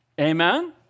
Amen